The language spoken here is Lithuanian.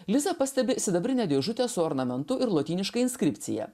liza pastebi sidabrinę dėžutę su ornamentu ir lotyniška inskripcija